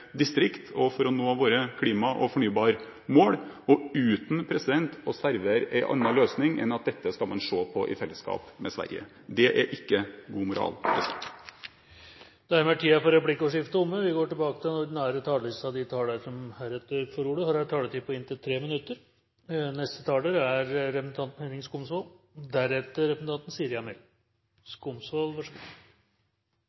distrikt – og for å nå våre klima- og fornybarmål – uten å servere noen annen løsning enn at man skal se på dette i fellesskap med Sverige. Det er ikke god moral. Tiden for replikkordskiftet er omme. De talere som heretter får ordet, har en taletid på inntil 3 minutter. Representanten Sande sa at dette er omkamp. Ja, det er omkamp. Det er en viktig omkamp for dem dette angår. Representanten